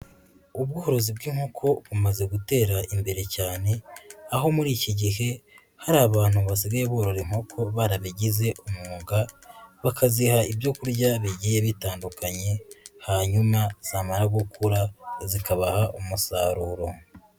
Ubworozi bw'inkoko bumaze gutera imbere cyane aho muri iki gihe hari abantu basigaye burora inkoko barabigize umwuga, bakaziha ibyo kurya bigiye bitandukanye hanyuma zamara gukura zikabaha umusaruro.